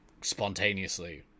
spontaneously